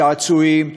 צעצועים,